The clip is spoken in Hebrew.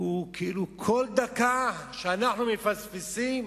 כאילו כל דקה שאנחנו מפספסים